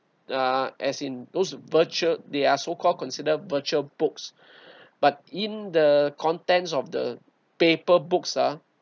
uh as in those virtual they are so called consider virtual books but in the contents of the paper books ah